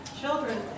children